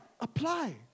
apply